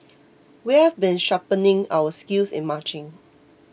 we've been sharpening our skills in marching